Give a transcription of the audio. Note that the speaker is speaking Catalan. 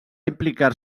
implicar